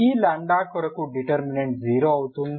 ఈ λ కొరకు డిటర్మినెంట్ 0 అవుతుంది